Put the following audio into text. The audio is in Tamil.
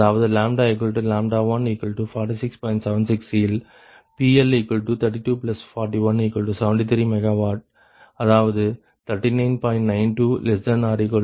76யில் PL324173 MW அதாவது 39